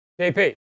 JP